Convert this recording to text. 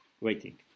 waiting